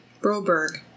Broberg